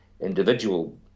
individual